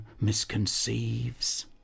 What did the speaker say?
misconceives